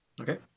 Okay